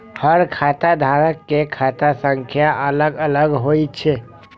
हर खाता धारक के खाता संख्या अलग अलग होइ छै